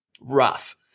rough